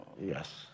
Yes